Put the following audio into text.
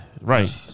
Right